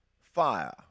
fire